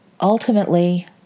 Ultimately